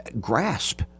grasp